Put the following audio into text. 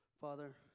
father